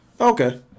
Okay